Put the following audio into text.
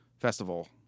Festival